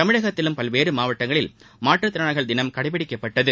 தமிழகத்திலும் பல்வேறு மாவட்டங்களில் மாற்றுத் திறனாளிகள் தினம் கடைபிடிக்கப்பட்டது